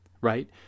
right